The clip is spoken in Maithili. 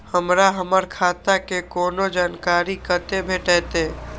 हमरा हमर खाता के कोनो जानकारी कते भेटतै